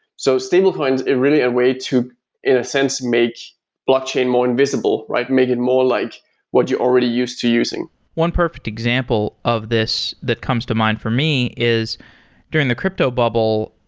so stablecoins are really a way to in a sense, make blockchain more invisible, right? make it more like what you're already used to using one perfect example of this that comes to mind for me is during the crypto bubble,